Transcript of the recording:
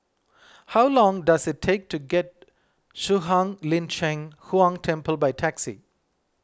how long does it take to get Shuang Lin Cheng Huang Temple by taxi